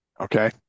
Okay